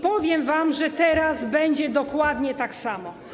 Powiem wam, że teraz będzie dokładnie tak samo.